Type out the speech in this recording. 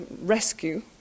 rescue